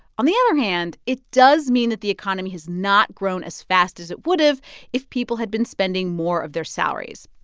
on the other hand, it does mean that the economy has not grown as fast as it would've if people had been spending more of their salaries.